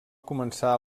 començar